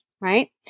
right